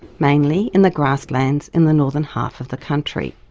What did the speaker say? mainly in the grasslands in the northern half of the country.